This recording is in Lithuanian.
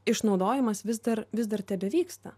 išnaudojimas vis dar vis dar tebevyksta